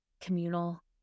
communal